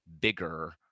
bigger